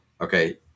Okay